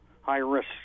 high-risk